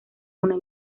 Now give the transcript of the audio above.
una